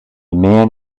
man